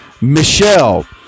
Michelle